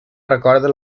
recorda